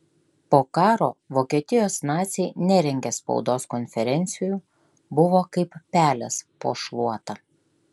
po karo vokietijos naciai nerengė spaudos konferencijų buvo kaip pelės po šluota